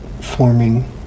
forming